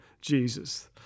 Jesus